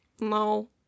No